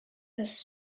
this